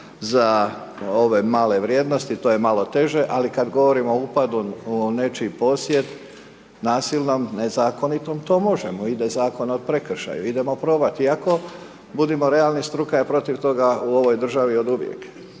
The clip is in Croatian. za ove male vrijednosti, to je malo teže, ali kada govorimo o upadu u nečiji posjed, nasilnom, ne zakonitom, to možemo i da je Zakon o prekršaju, idemo probati, iako, budimo realni, struka je protiv toga u ovoj državi oduvijek.